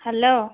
hello